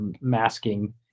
masking